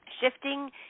shifting